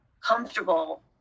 comfortable